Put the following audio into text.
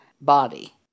body